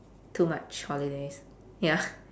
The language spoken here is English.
too much holidays ya